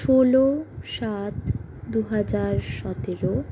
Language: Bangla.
ষোলো সাত দুহাজার সতেরো